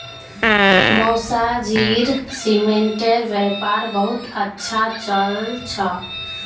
मौसाजीर सीमेंटेर व्यापार बहुत अच्छा चल छ